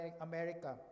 America